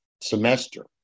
semester